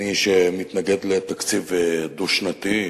אני, שמתנגד לתקציב הדו-שנתי,